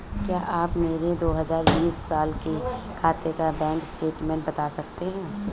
क्या आप मेरे दो हजार बीस साल के खाते का बैंक स्टेटमेंट बता सकते हैं?